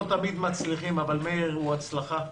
לא תמיד מצליחים אבל מאיר שפיגלר הוא הצלחה.